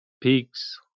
peaks